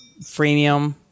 freemium